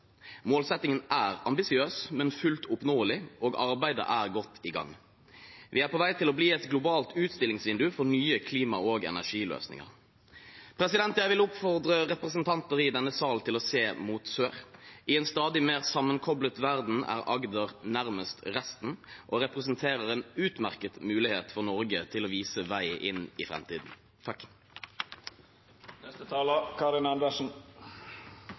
Målsettingen er ambisiøs, men fullt oppnåelig, og arbeidet er godt i gang. Vi er på vei til å bli et globalt utstillingsvindu for nye klima- og energiløsninger. Jeg vil oppfordre representanter i denne sal til å se mot sør. I en stadig mer sammenkoblet verden er Agder nærmest resten og representerer en utmerket mulighet for Norge til å vise vei inn i